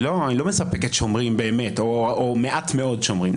היא לא מספקת שומרים באמת או מעט מאוד שומרים,